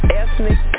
ethnic